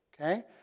okay